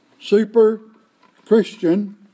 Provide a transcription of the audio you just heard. super-Christian